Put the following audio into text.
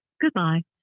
Goodbye